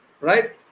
right